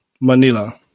Manila